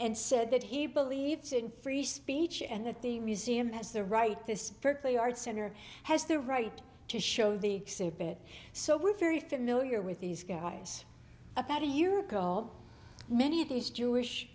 and said that he believes in free speech and that the museum has the right this berkeley arts center has the right to show the soup it so we're very familiar with these guys about a year ago many of these jewish